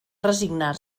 resignar